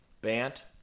Bant